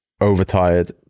overtired